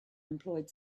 employed